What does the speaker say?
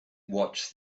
watched